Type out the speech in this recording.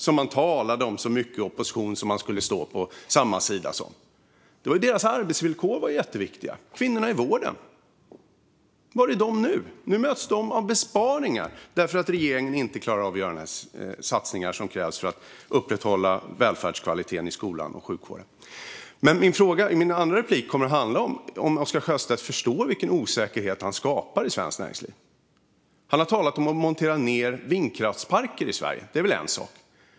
Ni talade i opposition så mycket om att ni skulle stå på samma sida som de. Arbetsvillkoren för kvinnorna i vården var jätteviktiga. Var är de nu? Nu möts de av besparingar för att regeringen inte klarar av att göra de satsningar som krävs för att upprätthålla välfärdskvaliteten i skolan och i sjukvården. Min andra replik kommer att handla om ifall Oscar Sjöstedt förstår vilken osäkerhet han skapar i svenskt näringsliv. Han har talat om att montera ned vindkraftsparker i Sverige. Det är väl en sak.